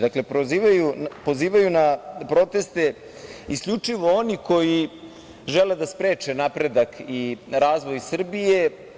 Dakle, pozivaju na proteste isključivo oni koji žele da spreče napredak i razvoj Srbije.